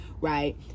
Right